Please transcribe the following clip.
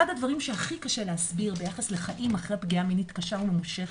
אחד הדברים שהכי קשה להסביר ביחס לחיים אחרי פגיעה מינית קשה וממושכת,